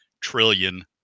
trillion